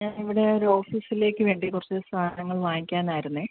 ഞാൻ ഇവിടെ ഒരു ഓഫീസിലേക്ക് വേണ്ടി കുറച്ച് സാധനങ്ങൾ വാങ്ങിക്കാനായിരുന്നെ